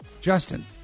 Justin